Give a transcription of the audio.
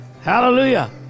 Hallelujah